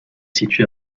situé